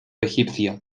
egipcia